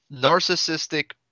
narcissistic